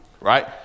Right